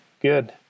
good